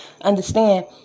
Understand